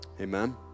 Amen